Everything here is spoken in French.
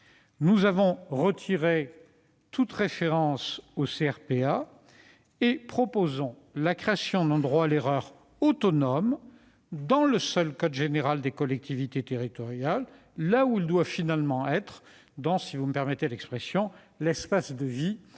Nous avons donc supprimé toute référence au CRPA. Nous proposons la création d'un droit à l'erreur autonome dans le seul code général des collectivités territoriales, là où il doit finalement être, c'est-à-dire- permettez-moi l'expression -dans l'espace de vie ou